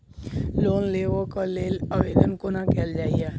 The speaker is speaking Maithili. लोन लेबऽ कऽ लेल आवेदन कोना कैल जाइया?